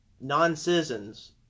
non-citizens